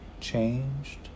changed